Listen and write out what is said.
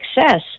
success